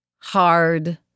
hard